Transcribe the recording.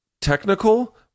technical